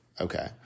Okay